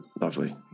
lovely